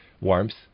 Warmth